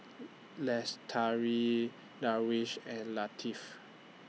Lestari Darwish and Latif